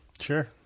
Sure